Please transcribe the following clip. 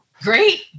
Great